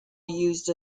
used